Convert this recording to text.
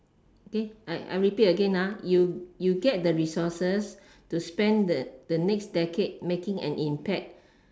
okay I I repeat again ah you you get the resources to spend the the next decade making an impact